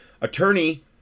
Attorney